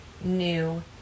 new